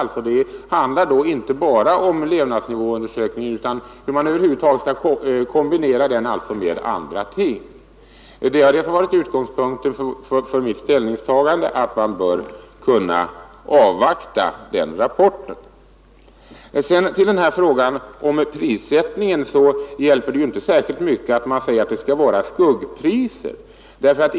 Den kommer inte bara att handla om levnadsnivåundersökningen utan också om hur denna skall kunna kompletteras på olika punkter. Utgångspunkten för mitt ställningstagande har varit att man bör avvakta denna rapport. Beträffande frågan om prissättningen hjälper det vidare inte särskilt mycket att tillämpa skuggpriser.